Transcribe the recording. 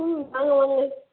ம் வாங்க வாங்க